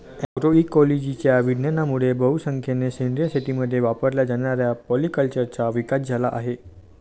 अग्रोइकोलॉजीच्या विज्ञानामुळे बहुसंख्येने सेंद्रिय शेतीमध्ये वापरल्या जाणाऱ्या पॉलीकल्चरचा विकास झाला आहे